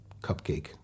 cupcake